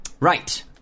Right